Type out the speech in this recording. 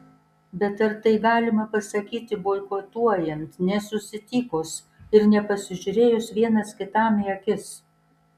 bet ar tai galima pasakyti boikotuojant nesusitikus ir nepasižiūrėjus vienas kitam į akis